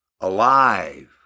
alive